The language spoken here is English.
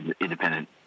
independent